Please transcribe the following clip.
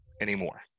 anymore